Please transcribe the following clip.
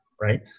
right